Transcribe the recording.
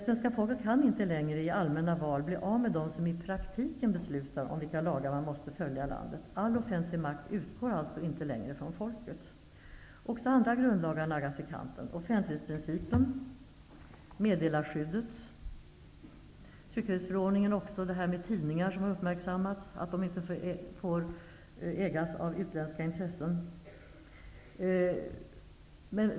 Svenska folket kan då inte längre i allmänna val bli av med dem som i praktiken beslutar om vilka lagar man måste följa i landet. All offentlig makt utgår inte längre från folket. Även andra grundlagsbestämmelser naggas i kanten. Det gäller t.ex. offentlighetsprincipen och meddelarskyddet. Tryckfrihetsförordningen har uppmärksammats. Enligt den får inte tidningar ägas av utländska intressen.